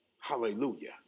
Hallelujah